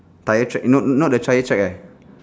tyre track not not the trial track leh